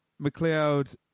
McLeod